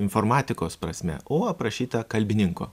informatikos prasme o aprašyta kalbininko